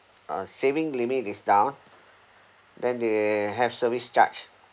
uh saving limit is down then they have service charge